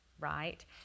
right